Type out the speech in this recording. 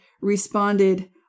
responded